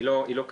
היא לא קיימת.